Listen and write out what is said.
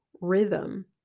rhythm